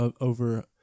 over